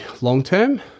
long-term